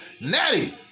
Natty